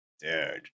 dude